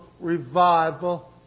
revival